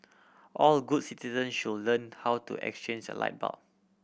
all good citizen should learn how to exchange a light bulb